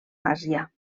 àsia